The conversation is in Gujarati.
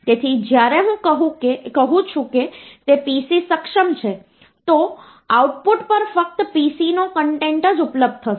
તેથી જ્યારે હું કહું છું કે તે PC સક્ષમ છે તો આઉટપુટ પર ફક્ત PC નો કન્ટેન્ટ જ ઉપલબ્ધ થશે